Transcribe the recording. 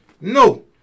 No